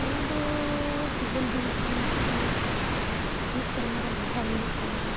ᱱᱚᱣᱟ ᱫᱚ ᱥᱤᱡᱮᱱ ᱦᱩᱭᱩᱜ ᱠᱟᱱᱟ ᱢᱤᱫ ᱥᱮᱨᱢᱟ ᱨᱮ ᱢᱤᱫᱷᱟᱣ ᱦᱩᱭᱩᱜ ᱠᱟᱱᱟ